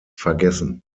vergessen